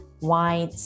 white